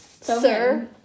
Sir